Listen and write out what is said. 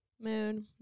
moon